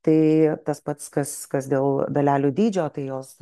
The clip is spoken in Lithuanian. tai tas pats kas kas dėl dalelių dydžio tai jos